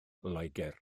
loegr